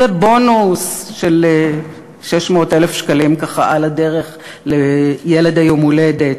ובונוס של 600,000 שקלים ככה על הדרך לילד היום-הולדת,